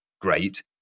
great